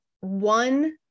one